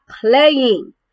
playing